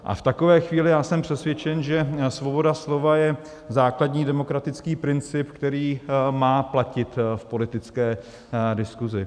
A v takové chvíli já jsem přesvědčen, že svoboda slova je základní demokratický princip, který má platit v politické diskusi.